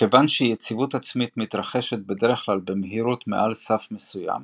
מכיוון שיציבות עצמית מתרחשת בדרך כלל במהירויות מעל סף מסוים,